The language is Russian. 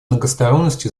многосторонности